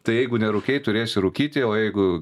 tai jeigu nerūkei turėsi rūkyti o jeigu